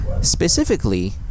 specifically